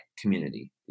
community